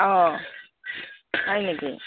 অঁ হয় নেকি